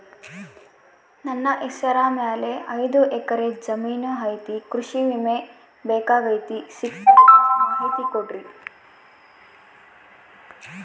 ನನ್ನ ಹೆಸರ ಮ್ಯಾಲೆ ಐದು ಎಕರೆ ಜಮೇನು ಐತಿ ಕೃಷಿ ವಿಮೆ ಬೇಕಾಗೈತಿ ಸಿಗ್ತೈತಾ ಮಾಹಿತಿ ಕೊಡ್ರಿ?